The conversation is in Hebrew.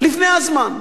לפני הזמן.